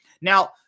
Now